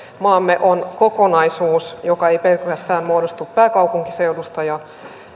maamme on kokonaisuus joka ei pelkästään muodostu pääkaupunkiseudusta ja